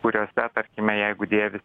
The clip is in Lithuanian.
kuriose tarkime jeigu dėvis